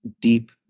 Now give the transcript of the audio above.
deep